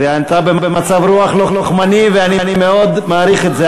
ואתה במצב רוח לוחמני, ואני מאוד מעריך את זה.